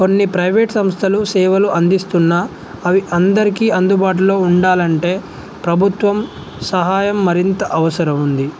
కొన్ని ప్రైవేట్ సంస్థలు సేవలు అందిస్తున్నా అవి అందరికీ అందుబాటులో ఉండాలంటే ప్రభుత్వం సహాయం మరింత అవసరం ఉంది